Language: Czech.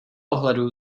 ohledu